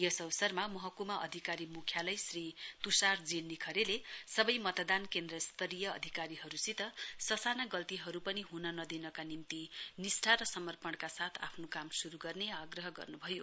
यस अवसरमा महकुमा अधिकारी मुख्यालय श्री तुषार जी निखरेले सबै मतदान केन्द्र स्तरीय अधिकारीहरूसित ससाना गल्तीहरू पनि हुन नदिनका निम्ति निष्ठा र समपर्णका साथ आफ्नो काम शुरु गर्नु आग्रह गर्नुभयो